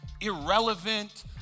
irrelevant